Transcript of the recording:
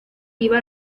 iba